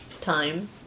time